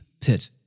pit